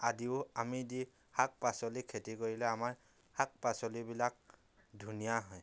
আদিও আমি দি শাক পাচলিৰ খেতি কৰিলে আমাৰ শাক পাচলিবিলাক ধুনীয়া হয়